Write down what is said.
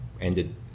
ended